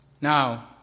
Now